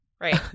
Right